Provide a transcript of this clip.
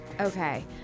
Okay